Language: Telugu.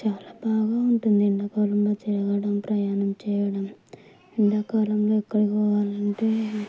చాలా బాగా ఉంటుంది ఎండాకాలంలో తిరగడం ప్రయాణం చేయడం ఎండాకాలంలో ఎక్కడికి పోవాలంటే